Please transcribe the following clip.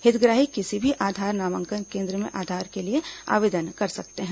हितग्राही किसी भी आधार नामांकन केन्द्र में आधार के लिए आवेदन कर सकते हैं